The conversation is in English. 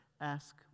ask